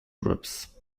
groups